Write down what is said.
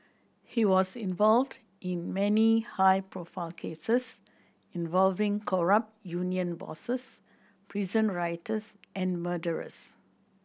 he was involved in many high profile cases involving corrupt union bosses prison writers and murderers